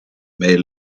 may